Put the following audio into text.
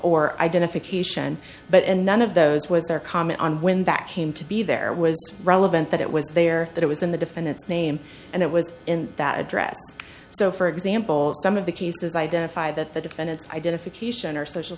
or identification but and none of those was there comment on when back came to be there was relevant that it was there that it was in the defendants name and it was in that address so for example some of the cases identify that the defendants identification or social